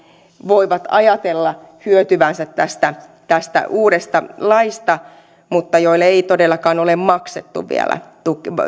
voivat ajatella hyötyvänsä tästä tästä uudesta laista ne joille ei todellakaan ole maksettu vielä